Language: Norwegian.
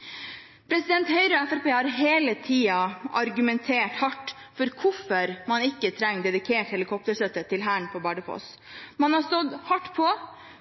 Høyre og Fremskrittspartiet har hele tiden argumentert hardt for hvorfor man ikke trenger dedikert helikopterstøtte til Hæren på Bardufoss. Man har stått hardt på